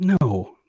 No